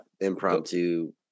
impromptu